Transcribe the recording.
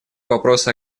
вопросы